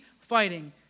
fighting